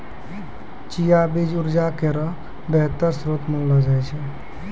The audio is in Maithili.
चिया बीज उर्जा केरो बेहतर श्रोत मानलो जाय छै